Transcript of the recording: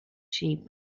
sheep